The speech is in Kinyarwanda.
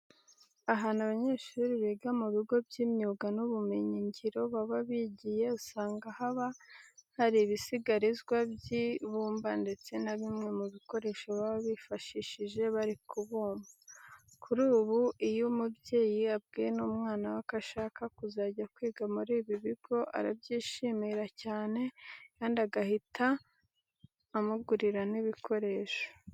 Ahantu abanyeshuri biga mu bigo by'imyuga n'ubumenyingiro baba bigiye, usanga haba hari ibisigarizwa by'ibumba ndetse na bimwe mu bikoresho baba bifashishije bari kubumba. Kuri ubu iyo umubyeyi abwiwe n'umwana we ko ashaka kuzajya kwiga muri ibi bigo, arabyishimira cyane kandi agahita amugurira n'ibikoresho.